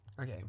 Okay